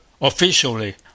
officially